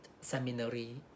seminary